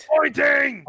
Pointing